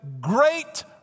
great